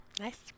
Nice